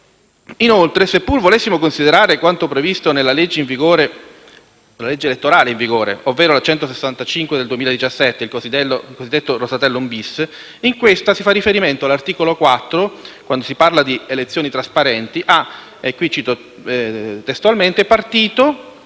Inoltre, se pur volessimo considerare quanto previsto nella legge elettorale in vigore, ovvero la n. 165 del 2017 (il cosiddetto Rosatellum-*bis*) in questa si fa riferimento, all'articolo 4, quando si parla di elezioni trasparenti, a «partito, movimento e gruppo